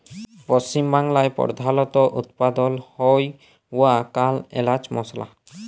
পশ্চিম বাংলায় প্রধালত উৎপাদল হ্য়ওয়া কাল এলাচ মসলা